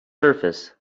surface